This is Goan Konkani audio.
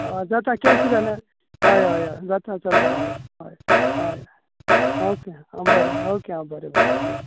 हय जाता कॅश जाल्यार हय हय हय जाता चलता हय हय ओके आं बरें ओके आं बरें बरें बरें